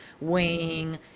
weighing